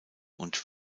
und